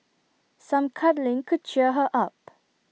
some cuddling could cheer her up